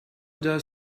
does